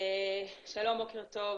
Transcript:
שלום בוקר טוב,